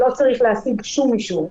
לא צריך להציג שום אישור.